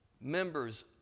members